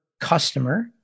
customer